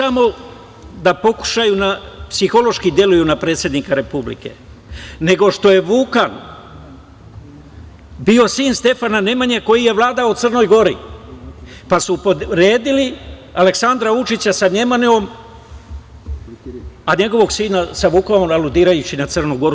Ne samo da pokušaju da psihološki deluju na predsednika Republike, nego što je Vukan bio sin Stefana Nemanje koji je vladao u Crnoj Gori, pa su poredili Aleksandra Vučića sa Nemanjom, a njegovog sina sa Vukanom, aludirajući na Crnu Goru.